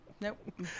Nope